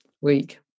week